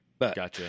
Gotcha